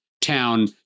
town